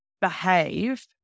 behave